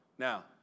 Now